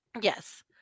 Yes